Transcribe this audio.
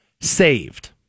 saved